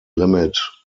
limit